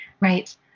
Right